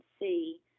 see